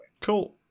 Cool